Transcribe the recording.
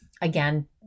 Again